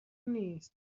نیست